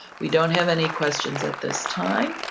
we don't have any questions at this time,